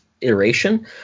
iteration